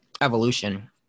evolution